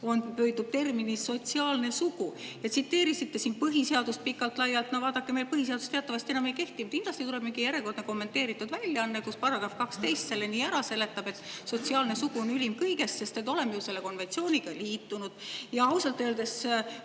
sisu ongi terminis "sotsiaalne sugu". Tsiteerisite siin põhiseadust pikalt-laialt. No vaadake, meil põhiseadus teatavasti enam ei kehti. Kindlasti tuleb mingi järjekordne kommenteeritud väljaanne, kus § 12 on ära seletatud nii, et sotsiaalne sugu on ülim kõigest, sest me oleme ju selle konventsiooniga liitunud. Ja ausalt öeldes